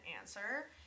answer